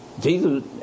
Jesus